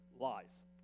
lies